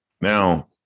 now